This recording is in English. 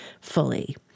fully